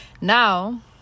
Now